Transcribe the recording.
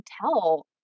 tell